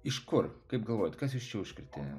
iš kur kaip galvojat kas jus čia užkrėtė